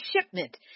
shipment